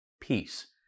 peace